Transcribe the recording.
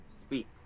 speak